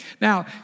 Now